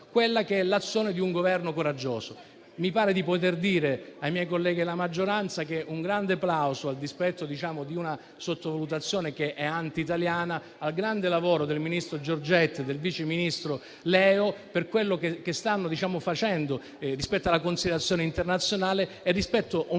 quella che è l'azione di un Governo coraggioso. Mi pare di poter dire ai miei colleghi della maggioranza che occorre rivolgere un grande plauso, a dispetto di una sottovalutazione che è anti-italiana, al grande lavoro del ministro Giorgetti e del vice ministro Leo, per quello che stanno facendo, rispetto alla considerazione internazionale e rispetto a una